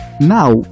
Now